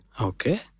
Okay